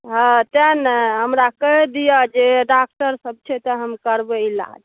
हँ तहि ने हमरा कहि दिअ जे डाक्टर सब छै तऽ हम करबै इलाज